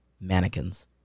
mannequins